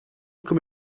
come